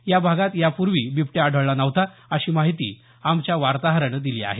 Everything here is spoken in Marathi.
या भागात या पूर्वी बिबट्या आढळला नव्हता अशी माहिती आमच्या वार्ताहरानं दिली आहे